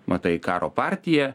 matai karo partija